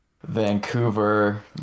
Vancouver